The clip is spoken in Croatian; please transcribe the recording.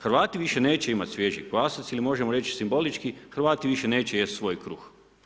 Hrvati više neće imati svježi kvasac ili možemo reći simbolički Hrvati više neće jesti svoj kruh.